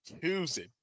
Tuesday